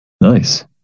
Nice